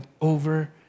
over